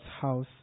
house